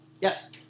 Yes